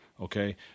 Okay